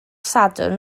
sadwrn